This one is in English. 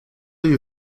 you